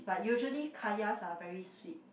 but usually kayas are very sweet